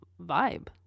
vibe